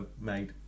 made